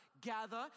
gather